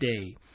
day